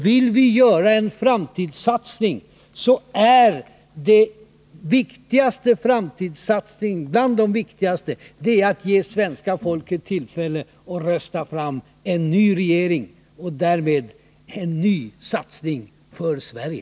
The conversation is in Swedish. Vill vi göra framtidssatsningar, så är en av de viktigaste att ge svenska folket tillfälle att rösta fram en ny regering och därmed en ny satsning för Sverige.